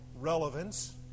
relevance